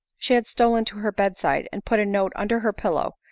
she had stolen to her bed-side and put a note under her pillow,